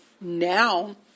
now